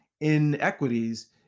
Inequities